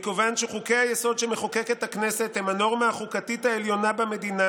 מכיוון שחוקי-היסוד שמחוקקת הכנסת הם הנורמה החוקתית העליונה במדינה